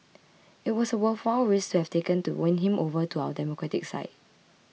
it was a worthwhile risk to have taken to win him over to our democratic side